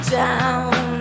down